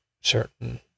certain